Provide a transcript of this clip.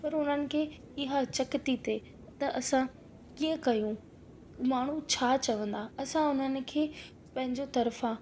पर उन्हनि खे इहा हिचक थी थिए त असां कीअं कयूं माण्हू छा चवंदा असां उन्हनि खे पंहिंजो तर्फ़ा